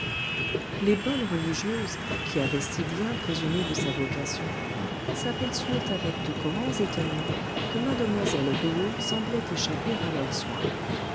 les bonnes religieuses qui avaient si bien présumé de sa vocation s'aperçurent avec de grands étonnements que mademoiselle rouault semblait échapper à leur soin